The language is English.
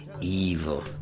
evil